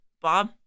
Bob